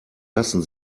lassen